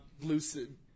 lucid